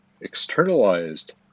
externalized